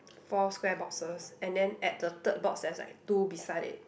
four square boxes and then at the third box there's like two beside it